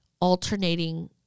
alternating